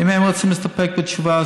אם הם רוצים להסתפק בתשובה,